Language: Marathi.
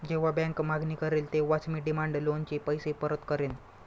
जेव्हा बँक मागणी करेल तेव्हाच मी डिमांड लोनचे पैसे परत करेन